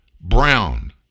Brown